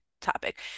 topic